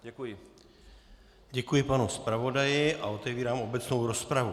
Děkuji panu zpravodaji a otevírám obecnou rozpravu.